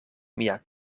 mia